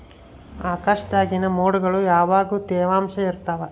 ಆಕಾಶ್ದಾಗಿನ ಮೊಡ್ಗುಳು ಯಾವಗ್ಲು ತ್ಯವಾಂಶ ಇರ್ತವ